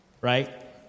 right